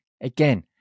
Again